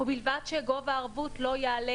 הווי אומר : "ובלבד שגובה סכום הערבות לא יעלה